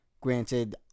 Granted